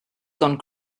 gone